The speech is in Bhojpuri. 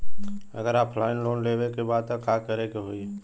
अगर ऑफलाइन लोन लेवे के बा त का करे के होयी?